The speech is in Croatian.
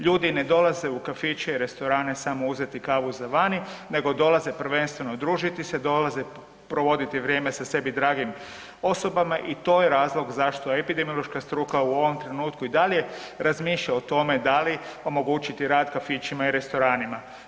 Ljudi ne dolaze u kafiće i restorane samo uzeti kavu za vani nego dolaze prvenstveno družiti se, dolaze provoditi vrijeme sa sebi dragim osobama i to je razlog zašto epidemiološka struka u ovom trenutku i dalje razmišlja o tome da li omogućiti rad kafićima i restoranima.